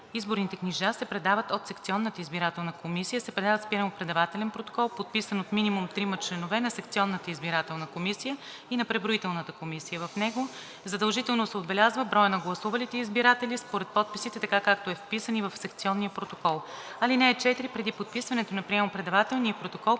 Изборните книжа от секционната избирателна комисия се предават с приемо-предавателен протокол, подписан от минимум трима членове на секционната избирателна комисия и на преброителната комисия. В него задължително се отбелязва броят на гласувалите избиратели според подписите, така, както е вписан и в секционния протокол. (4) Преди подписването на приемо-предавателния протокол